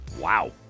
Wow